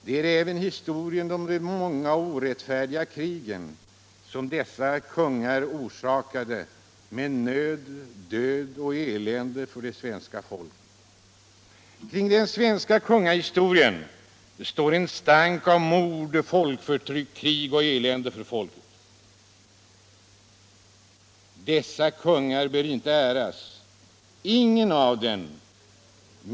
Det är även historien om de många orättfärdiga krig som dessa kungar orsakade med nöd, död och elände för det svenska folket. Kring den svenska kungahistorien står en stank av mord, folkförtryck, krig och elände för folket. Dessa kungar bör inte äras — ingen av dem.